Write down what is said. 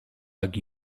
jak